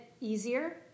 easier